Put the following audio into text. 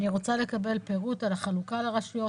אני רוצה לקבל פירוט על החלוקה לרשויות,